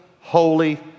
holy